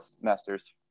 masters